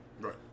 Right